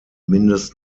noch